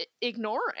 ignoring